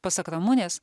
pasak ramunės